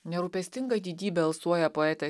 nerūpestingą didybę alsuoja poetas